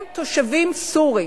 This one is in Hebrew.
הם תושבים סורים,